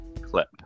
clip